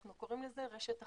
אנחנו קוראים לזה רשת החלוקה.